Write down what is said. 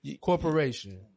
corporation